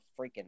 freaking